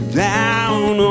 down